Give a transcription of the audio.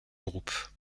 groupe